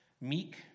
Meek